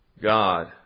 God